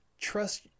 trust